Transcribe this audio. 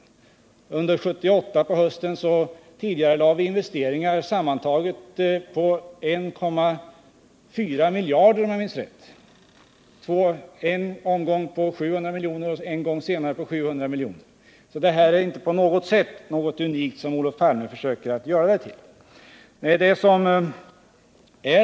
Under 1978 på hösten tidigarelade vi investeringar på sammanlagt 1,4 miljarder, om jag minns rätt: en omgång med 700 miljoner och därefter ytterligare en med likaledes 700 miljoner. Sådana tidigareläggningar är inte på något sätt unika, som Olof Palme försöker få det ti!l.